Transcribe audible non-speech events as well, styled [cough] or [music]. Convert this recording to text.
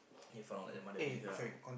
[noise] okay from like the mother abusing her ah